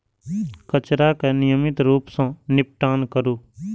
कचरा के नियमित रूप सं निपटान करू